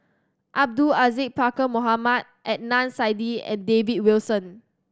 Abdul Aziz Pakkeer Mohamed Adnan Saidi and David Wilson